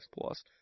Plus